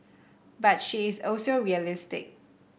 but she is also realistic